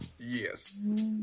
Yes